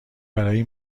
برای